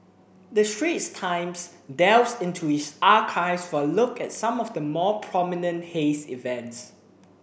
the Straits Times delves into its archives for a look at some of the more prominent haze events